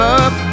up